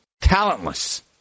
talentless